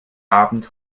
abend